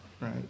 right